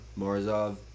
Morozov